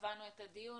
קבענו את הדיון.